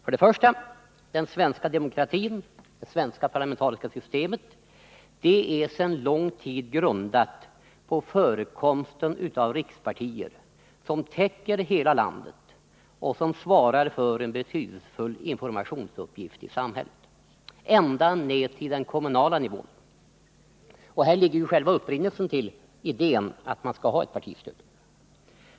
För det första är den svenska demokratin och det svenska parlamentariska systemet sedan lång tid grundade på förekomsten av rikspartier, som täcker hela landet och som svarar för en betydelsefull informationsuppgift i samhället, ända ned till den kommunala nivån. Här ligger ju själva upprinnelsen till idén att man skall ha ett partistöd.